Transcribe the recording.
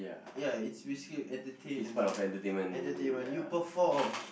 ya it's basically entertainment you perform